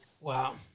Wow